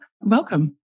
Welcome